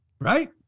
right